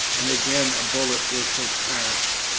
and again a bullet whistled past.